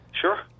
Sure